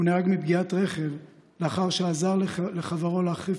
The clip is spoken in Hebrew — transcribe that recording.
הוא נהרג מפגיעת רכב לאחר שעזר לחברו להחליף